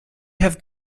have